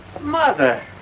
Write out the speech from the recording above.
Mother